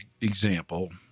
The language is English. example